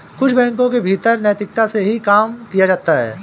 कुछ बैंकों के भीतर नैतिकता से ही काम किया जाता है